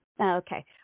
okay